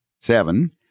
Seven